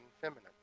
feminine